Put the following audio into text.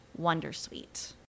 wondersuite